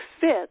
fits